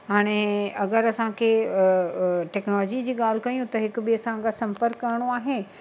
हाणे अगरि असांखे टेक्नोलोजीअ जी ॻाल्हि कयूं त हिकु ॿिएं सां संपर्क करिणो आहे